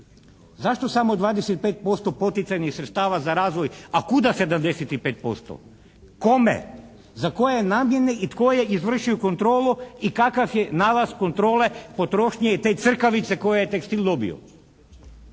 Zašto samo 25% poticajnim sredstava za razvoj a kuda 75%? Kome? Za koje namjene i tko je izvršio kontrolu i kakav je nalaz kontrole potrošnje i te crkavice koje je tekstil dobio?